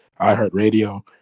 iHeartRadio